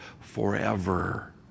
forever